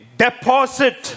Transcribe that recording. deposit